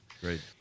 Great